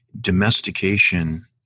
Domestication